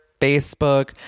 Facebook